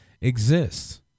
exists